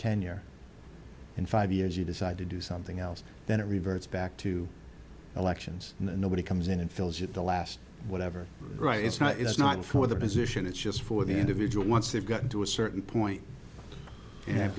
tenure in five years you decide to do something else then it reverts back to elections and nobody comes in and fills you to last whatever right it's not it's not for the position it's just for the individual once they've gotten to a certain point